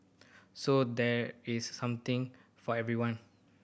so there is something for everyone